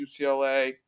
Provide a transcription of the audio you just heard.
UCLA